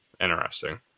interesting